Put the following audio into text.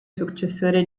successore